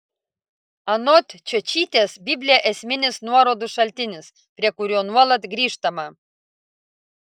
anot čiočytės biblija esminis nuorodų šaltinis prie kurio nuolat grįžtama